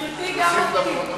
גברתי, גם אותי.